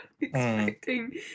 expecting